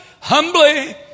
humbly